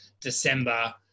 december